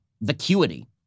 vacuity